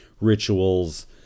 rituals